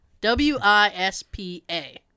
W-I-S-P-A